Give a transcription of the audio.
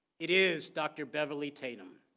it is dr. beverly tatum.